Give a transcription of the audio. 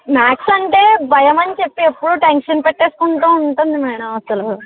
maths అంటే భయం అని చెప్పి ఎప్పుడు టెన్షన్ పెట్టుకుంటు ఉంటుంది మేడం అసలు